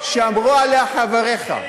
שאמרו עליה חבריך,